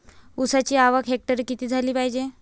ऊसाची आवक हेक्टरी किती झाली पायजे?